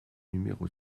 numéro